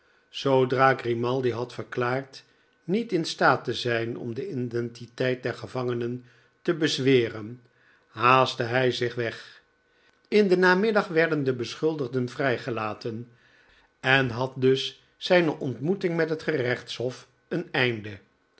zoodra grimaldi had verklaard niet in staat te zijn om de identiteit der gevangenen tebezweren haastte hij zich weg in den namiddag werden de beschuldigden vrijgelaten en had dus zijne ontmoeting met het gerechtshof een einde